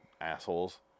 Assholes